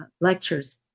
lectures